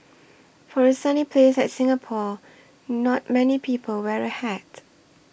for a sunny place like Singapore not many people wear a hat